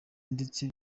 ndetse